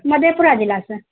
मधेपुरा जिलासँ